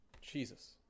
Jesus